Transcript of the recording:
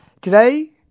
Today